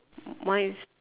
mine is